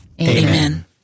Amen